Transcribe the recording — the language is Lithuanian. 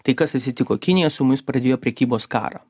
tai kas asitiko kinija su muis pradėjo prekybos karą